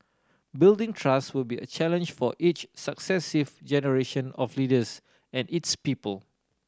building trust would be a challenge for each successive generation of leaders and its people